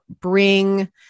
bring